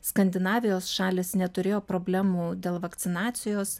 skandinavijos šalys neturėjo problemų dėl vakcinacijos